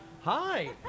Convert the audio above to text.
hi